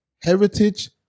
heritage